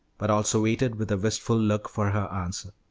but also waited with a wistful look for her answer.